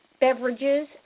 beverages